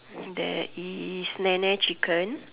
there is NeNe chicken